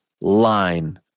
line